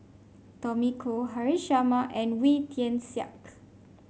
Tommy Koh Haresh Sharma and Wee Tian Siak